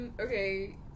Okay